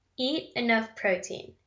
eat enough protein.